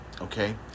okay